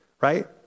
Right